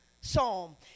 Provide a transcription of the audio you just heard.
psalm